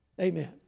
Amen